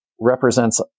represents